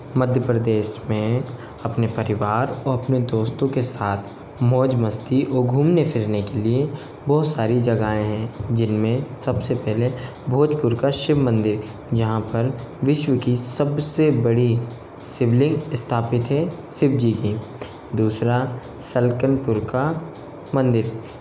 मध्य प्रदेश में अपने परिवार और अपने दोस्तों के साथ मौज मस्ती ओर घूमने फिरने के लिए बहुत सारी जगहें हैं जिनमें सबसे पहले भोजपुर का शिव मंदिर जहाँ पर विश्व की सबसे बड़ी शिव लिंग स्थापित है शिव जी की दूसरा सलकनपुर का मंदिर